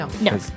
No